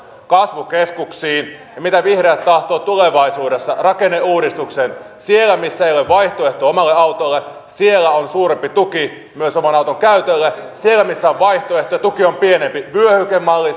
kasvukeskuksiin mitä vihreät tahtovat tulevaisuudessa rakenneuudistuksen siellä missä ei ole vaihtoehtoa omalle autolle on suurempi tuki myös oman auton käytölle siellä missä on vaihtoehtoja tuki on pienempi vyöhykemalli